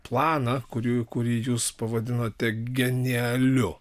planą kurių kurį jūs pavadinote genialiu